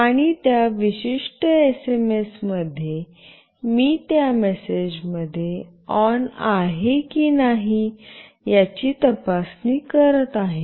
आणि त्या विशिष्ट एसएमएस मध्ये मी त्या मेसेजमध्ये "ऑन " आहे की नाही याची तपासणी करत आहे